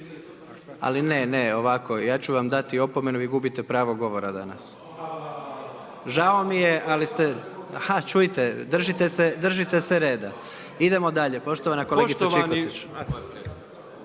Ali ne, ne, ovako, ja ću vam dati opomenu, vi gubite pravo govora danas. Žao mi je, ali ste …/Upadica se ne čuje./… A čujte, držite se reda. Idemo dalje, poštovana kolegica Čikotić.